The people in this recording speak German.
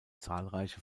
zahlreiche